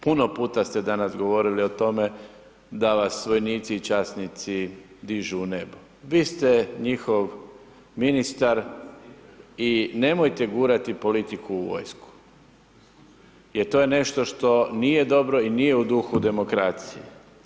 Puno puta ste danas govorili o tome da vas vojnici i časnici dižu u nebo, vi ste njihov ministar i nemojte gurati politiku u vojsku jer to je nešto što nije dobro i nije u duhu demokracije.